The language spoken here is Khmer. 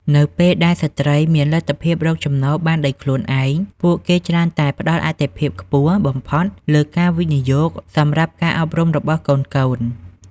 នៅពេលដែលស្ត្រីមានលទ្ធភាពរកចំណូលបានដោយខ្លួនឯង ពួកគេច្រើនតែផ្ដល់អាទិភាពខ្ពស់បំផុតលើការវិនិយោគសម្រាប់ការអប់រំរបស់កូនៗ។